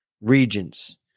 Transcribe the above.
regions